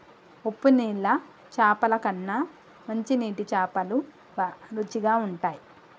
ఉప్పు నీళ్ల చాపల కన్నా మంచి నీటి చాపలు రుచిగ ఉంటయ్